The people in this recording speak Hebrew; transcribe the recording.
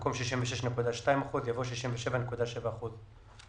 במקום "66.2 אחוזים" יבוא "67.7 אחוזים".